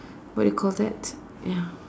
what do you call that ya